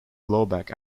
blowback